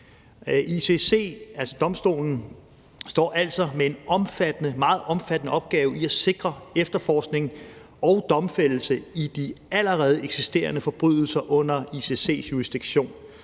ICC, altså domstolen, står altså med en meget omfattende opgave i at sikre efterforskning og domfældelse i de allerede eksisterende forbrydelser under ICC's jurisdiktion